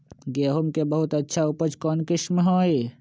गेंहू के बहुत अच्छा उपज कौन किस्म होई?